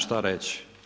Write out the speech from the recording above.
šta reći.